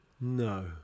No